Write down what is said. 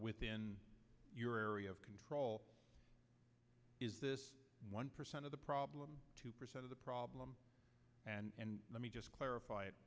within your area of control is this one percent of the problem two percent of the problem and let me just clarify it